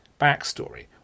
backstory